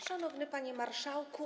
Szanowny Panie Marszałku!